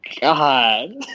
God